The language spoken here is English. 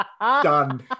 Done